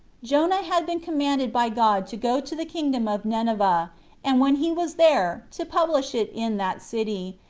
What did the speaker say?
jonah had been commanded by god to go to the kingdom of nineveh and when he was there, to publish it in that city,